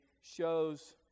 shows